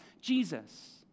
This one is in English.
Jesus